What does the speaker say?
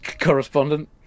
correspondent